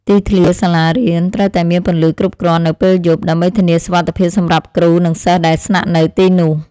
ទីធ្លាសាលារៀនត្រូវតែមានពន្លឺគ្រប់គ្រាន់នៅពេលយប់ ដើម្បីធានាសុវត្ថិភាពសម្រាប់គ្រូនិងសិស្សដែលស្នាក់នៅទីនោះ។